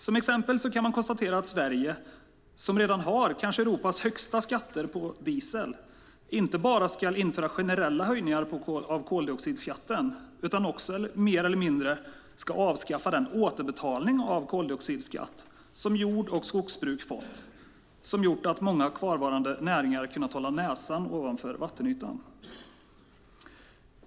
Som exempel kan man konstatera att Sverige, som redan har kanske Europas högsta skatter på diesel, inte bara ska införa generella höjningar av koldioxidskatten utan också mer eller mindre avskaffa den återbetalning av koldioxidskatt som jord och skogsbruk har fått och som har gjort att många kvarvarande näringar har kunnat hålla näsan ovanför vattenytan.